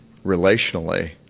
relationally